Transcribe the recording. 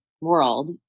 world